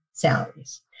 salaries